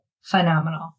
phenomenal